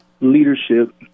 leadership